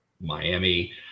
Miami